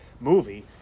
movie